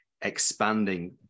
expanding